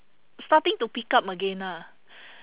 starting to pick up again lah